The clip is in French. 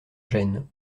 gêne